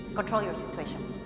control your situation.